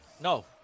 No